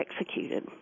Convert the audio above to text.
executed